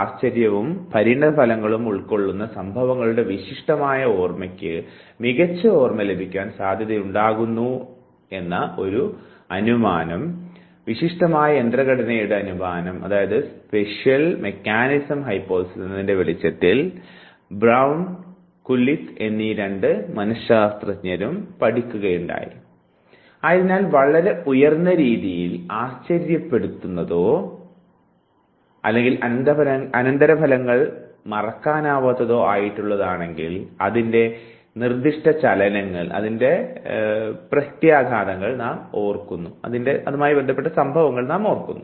ആയതിനാൽ വളരെ ഉയർന്ന രീതിയിൽ ആശ്ചര്യപ്പിക്കുന്നതായോ അല്ലെങ്കിൽ അനന്തരഫലങ്ങൾ മറക്കാനാവാത്തതോ ആയിട്ടുള്ളതാണെങ്കിൽ അതിൻറെ നിർദ്ദിഷ്ട ചലനങ്ങൾ നാം ഓർമ്മിക്കുന്നു